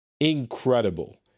incredible